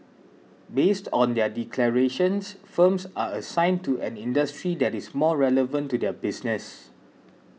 based on their declarations firms are assigned to an industry that is most relevant to their business